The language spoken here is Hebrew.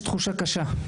יש תחושה קשה.